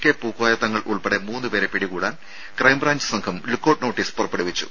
K Pookoya Thangal ഉൾപ്പെടെ മൂന്നുപേരെ പിടികൂടാൻ ക്രൈംബ്രാഞ്ച് സംഘം ലുക്ക് ഔട്ട് നോട്ടീസ് പുറപ്പെടുവിച്ചു